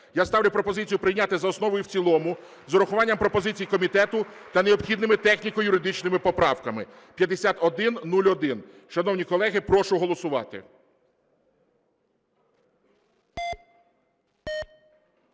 Я ставлю пропозицію прийняти за основу і в цілому з урахуванням пропозицій комітету та необхідними техніко-юридичними поправками, 5101. Шановні колеги, прошу голосувати.